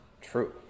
true